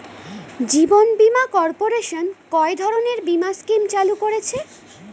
জীবন বীমা কর্পোরেশন কয় ধরনের বীমা স্কিম চালু করেছে?